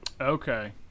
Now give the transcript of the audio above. Okay